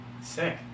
Sick